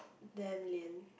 damn lian